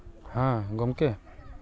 ᱦᱮᱸ ᱜᱚᱝᱠᱮ